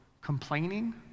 complaining